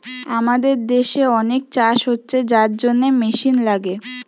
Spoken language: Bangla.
আমাদের দেশে অনেক চাষ হচ্ছে যার জন্যে মেশিন লাগে